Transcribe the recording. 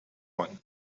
one